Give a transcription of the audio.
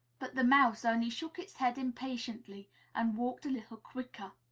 but the mouse only shook its head impatiently and walked a little quicker.